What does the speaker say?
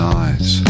eyes